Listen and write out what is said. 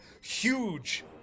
Huge